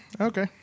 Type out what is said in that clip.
Okay